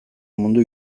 mundu